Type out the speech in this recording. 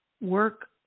work